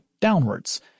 downwards